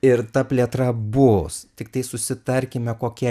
ir ta plėtra bus tiktai susitarkime kokia